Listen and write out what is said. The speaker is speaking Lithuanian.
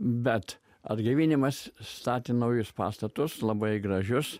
bet atgaivinimas statė naujus pastatus labai gražius